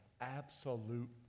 absolute